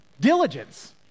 diligence